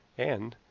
and,